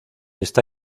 está